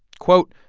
quote,